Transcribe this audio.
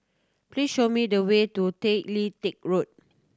please show me the way to Tay Lian Teck Road